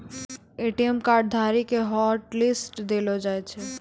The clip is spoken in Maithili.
ए.टी.एम कार्ड धारी के हॉटलिस्ट देलो जाय छै